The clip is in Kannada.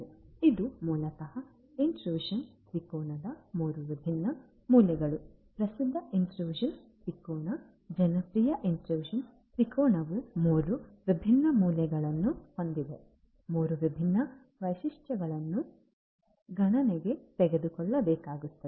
ಆದ್ದರಿಂದ ಇದು ಮೂಲತಃ ಇಂಟ್ರುಷನ್ ತ್ರಿಕೋನದ 3 ವಿಭಿನ್ನ ಮೂಲೆಗಳು ಪ್ರಸಿದ್ಧ ಇಂಟ್ರುಷನ್ ತ್ರಿಕೋನ ಜನಪ್ರಿಯ ಇಂಟ್ರುಷನ್ ತ್ರಿಕೋನವು ಮೂರು ವಿಭಿನ್ನ ಮೂಲೆಗಳನ್ನು ಹೊಂದಿದೆ ಮೂರು ವಿಭಿನ್ನ ವೈಶಿಷ್ಟ್ಯಗಳನ್ನು ಗಣನೆಗೆ ತೆಗೆದುಕೊಳ್ಳಬೇಕಾಗುತ್ತದೆ